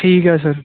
ਠੀਕ ਐ ਸਰ